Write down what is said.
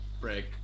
break